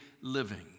living